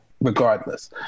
regardless